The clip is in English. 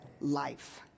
life